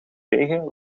wegen